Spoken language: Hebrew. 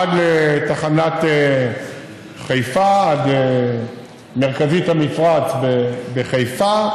עד לתחנת חיפה, עד מרכזית המפרץ בחיפה.